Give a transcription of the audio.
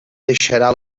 deixarà